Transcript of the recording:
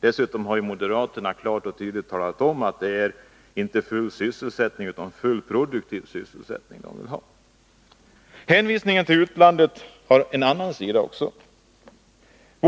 Dessutom har moderaterna klart och tydligt talat om att det är inte full sysselsättning utan full produktiv sysselsättning de vill ha. Hänvisningen till utlandet har en annan sida också.